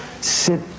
sit